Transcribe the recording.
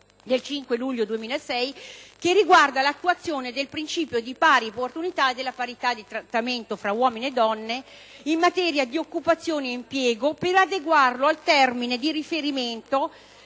del 5 luglio 2006, che riguarda l'attuazione del principio di pari opportunità e della parità di trattamento tra uomini e donne in materia di occupazione e di impiego, per adeguarlo al termine di riferimento